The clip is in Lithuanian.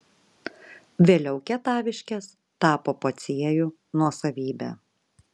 vėliau kietaviškės tapo pociejų nuosavybe